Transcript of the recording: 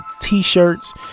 t-shirts